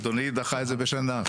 אדוני דחה את זה בשנה.